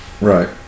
Right